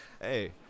Hey